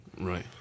right